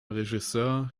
regisseur